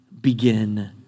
begin